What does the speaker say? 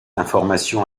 information